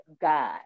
God